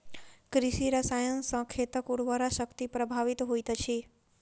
कृषि रसायन सॅ खेतक उर्वरा शक्ति प्रभावित होइत अछि